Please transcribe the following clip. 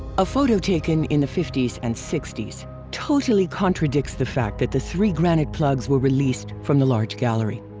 a photo taken in the fifty s and sixty s totally contradicts the fact that the three granite plugs were released from the large gallery.